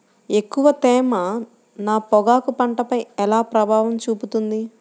ఎక్కువ తేమ నా పొగాకు పంటపై ఎలా ప్రభావం చూపుతుంది?